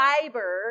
fiber